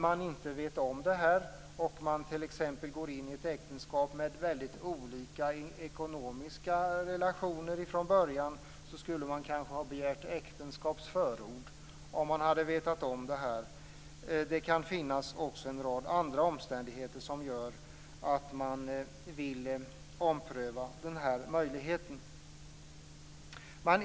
En person som går in i ett äktenskap där makarna från början har väldigt olika ekonomiska förhållanden kanske skulle ha begärt ett äktenskapsförord om hon känt till detta. Det kan också finnas en rad andra omständigheter som gör att man vill ompröva den här möjligheten.